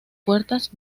puertas